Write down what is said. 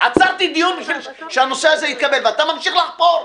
עצרתי דיון, ואתה ממשיך לחפור?